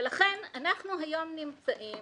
ולכן אנחנו היום נמצאים